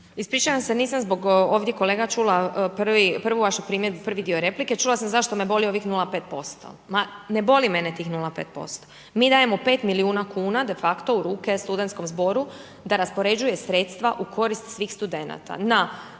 Ispričavam se, nisam zbog ovdje kolega čula prvu vašu primjedbu, prvi dio replike, čula sam zašto me boli ovih 0,5%. Ma ne boli mene tih 0,5%. Mi dajemo 5 milijuna kuna de facto u ruke studentskom zboru da raspoređuje sredstva u korist svih studenata